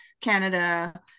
canada